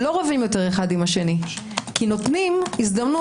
לא רבים עוד אחד עם השני כי נותנים הזדמנות